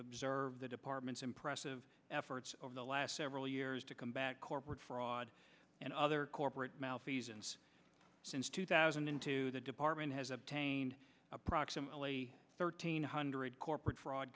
observe the department's impressive efforts over the last several years to come back corporate fraud and other corporate malfeasance since two thousand and two the department has obtained approximately thirteen hundred corporate fraud